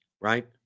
right